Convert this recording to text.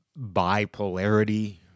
bipolarity